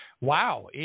wow